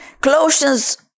Colossians